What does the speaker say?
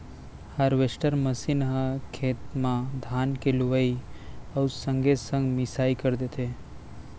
harvester machine ह खेते म धान के लुवई अउ संगे संग मिंसाई कर देथे